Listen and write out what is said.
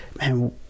man